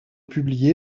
publié